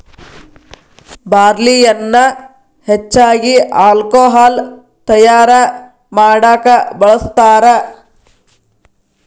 ಬಾರ್ಲಿಯನ್ನಾ ಹೆಚ್ಚಾಗಿ ಹಾಲ್ಕೊಹಾಲ್ ತಯಾರಾ ಮಾಡಾಕ ಬಳ್ಸತಾರ